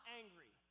angry